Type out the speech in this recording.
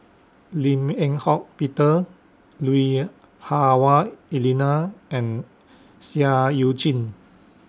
Lim Eng Hock Peter Lui Hah Wah Elena and Seah EU Chin